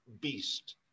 beast